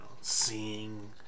seeing